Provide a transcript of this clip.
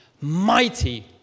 mighty